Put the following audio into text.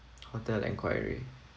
hotel inquiry